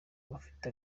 bafite